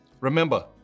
Remember